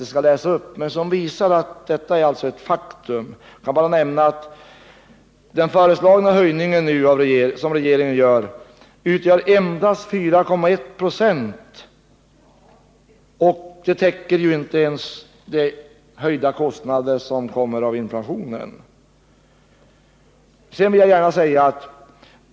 Jag skall inte redogöra för dessa, men vill nämna att den av regeringen föreslagna höjningen av bidraget endast utgör 4,1 96, vilket inte ens kompenserar de på grund av inflationen ökade kostnaderna.